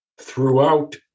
throughout